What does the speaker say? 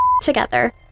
together